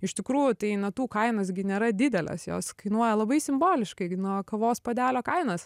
iš tikrųjų tai natų kainos gi nėra didelės jos kainuoja labai simboliškai nuo kavos puodelio kainos